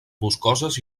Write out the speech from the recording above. boscoses